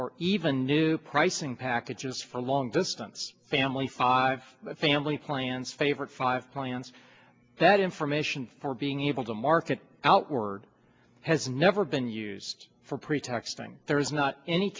or even new pricing packages for long distance family five family plans favorite five plans that information for being able to market outward has never been used for pretexting there is not any